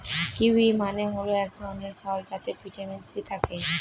kiwi মানে হল এক ধরনের ফল যাতে ভিটামিন সি থাকে